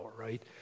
right